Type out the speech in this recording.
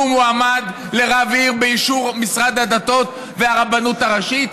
והוא מועמד לרב עיר באישור משרד הדתות והרבנות הראשית?